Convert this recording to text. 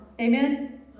Amen